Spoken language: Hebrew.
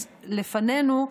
אז לפנינו,